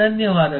ಧನ್ಯವಾದಗಳು